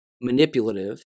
manipulative